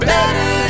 Better